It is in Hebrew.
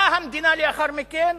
באה המדינה לאחר מכן,